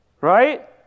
Right